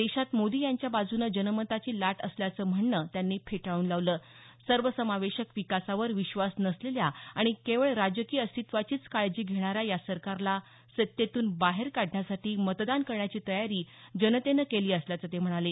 देशात मोदी यांच्या बाजूने जनमताची लाट असल्याचं म्हणणं त्यांनी फेटाळूल लावलं सर्वसमावेशक विकासावर विश्वास नसलेल्या आणि केवळ राजकीय अस्तित्वाचीच काळजी घेणाऱ्या या सरकारला सत्तेतून बाहेर काढण्यासाठी मतदान करण्याची तयारी जनतेनं केली असल्याचं ते म्हणाले